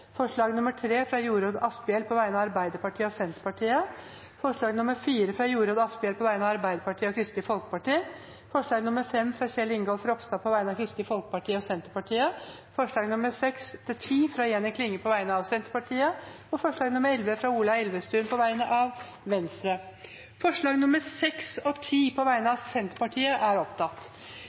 forslag nr. 3, fra Jorodd Asphjell på vegne av Arbeiderpartiet og Senterpartiet forslag nr. 4, fra Jorodd Asphjell på vegne av Arbeiderpartiet og Kristelig Folkeparti forslag nr. 5, fra Kjell Ingolf Ropstad på vegne av Kristelig Folkeparti og Senterpartiet forslagene nr. 6–10, fra Jenny Klinge på vegne av Senterpartiet forslag nr. 11, fra Ola Elvestuen på vegne av Venstre Det voteres først over forslagene nr. 6–10, fra Senterpartiet. Forslag nr. 6 lyder: «Stortinget ber regjeringen sørge for at lensmannskontor og